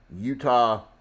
Utah